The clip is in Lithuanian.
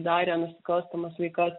darė nusikalstamas veikas